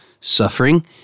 suffering